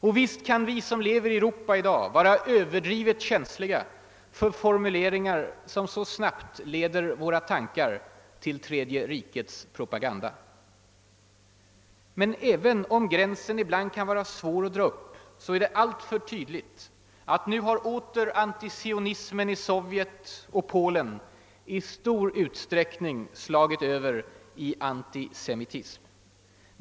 Och visst kan vi som lever i Europa i dag vara överdrivet känsliga för formuleringar som så snabbt leder våra tankar till Tredje rikets propaganda. Men även om gränsen ibland kan vara svår att dra är det ändå alltför tydligt att nu har åter antisionismen i Sovjet och Polen i stor utsträckning slagit över i antisemitism.